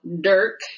Dirk